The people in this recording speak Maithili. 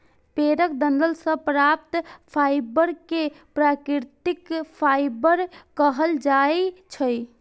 पेड़क डंठल सं प्राप्त फाइबर कें प्राकृतिक फाइबर कहल जाइ छै